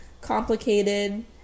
complicated